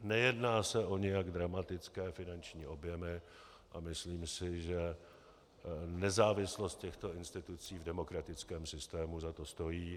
Nejedná se o nijak dramatické finanční objemy a myslím si, že nezávislost těchto institucí v demokratickém systému za to stojí.